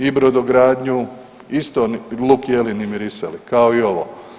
I brodogradnju, isto ni luk jeli ni mirisali kao i ovo.